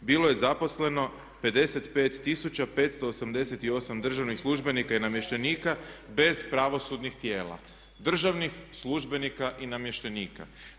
bilo je zaposleno 55 588 državnih službenika i namještenika bez pravosudnih tijela, državnih službenika i namještenika.